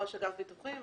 ראש אגף ביטוחים,